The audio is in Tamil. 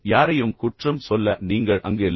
யாரையும் குற்றம் சொல்ல நீங்கள் அங்கு இல்லை